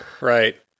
Right